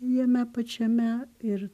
jame pačiame ir